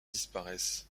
disparaissent